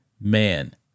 Man